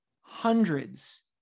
hundreds